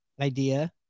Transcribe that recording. idea